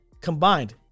combined